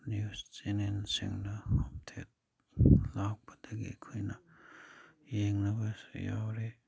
news ꯆꯦꯅꯦꯜꯁꯤꯡꯅ ꯑꯞꯗꯦꯗ ꯂꯥꯛꯄꯗꯒꯤ ꯑꯩꯈꯣꯏꯅ ꯌꯦꯡꯅꯕꯁꯨ ꯌꯥꯎꯔꯦ